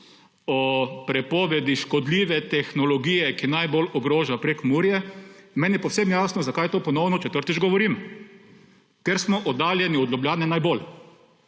o prepovedi škodljive tehnologije, ki najbolj ogroža Prekmurje, je meni povsem jasno, zakaj to ponovno, četrtič, govorim: ker smo oddaljeni od Ljubljane najbolj!